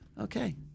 Okay